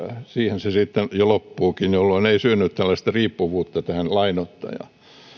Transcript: siihen se sitten jo loppuukin jolloin ei synny tällaista riippuvuutta tähän lainoittajaan